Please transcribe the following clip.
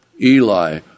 Eli